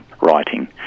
writing